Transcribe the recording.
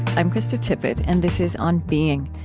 i'm krista tippett, and this is on being.